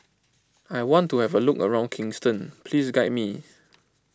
I want to have a look around Kingston please guide me